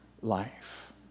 life